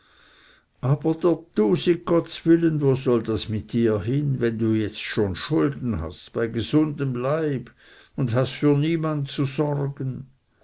wo soll das mit dir hin wenn du jetzt schon schulden hast bei gesundem leib und hast für niemand zu sorgen